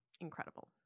incredible